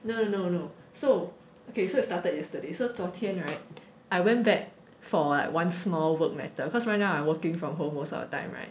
no no no so okay so I started yesterday so 昨天 [right] I went back for like one small work matter because right now I working from home most of the time [right]